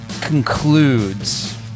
concludes